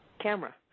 camera